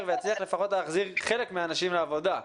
ויצליח לפחות להחזיר חלק מהאנשים לעבודה.